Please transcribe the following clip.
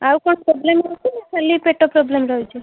ଆଉ କ'ଣ ପ୍ରୋବ୍ଲେମ୍ ହେଉଛି ନା ଖାଲି ପେଟ ପ୍ରୋବ୍ଲେମ୍ ରହିଛି